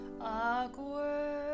Awkward